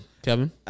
Kevin